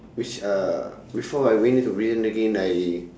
which uh before I went into prison again I